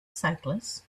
cyclists